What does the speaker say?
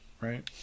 right